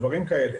אתה חייב.